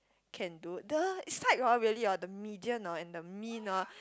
can do the side oh really oh the medium oh and the mean oh